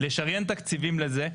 לשריין תקציבים לזה,